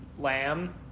Lamb